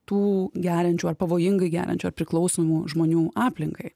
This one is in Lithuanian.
tų geriančių ar pavojingai geriančių ar priklausomų žmonių aplinkai